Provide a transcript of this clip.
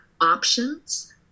options